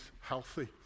healthy